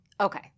Okay